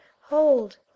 hold